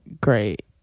great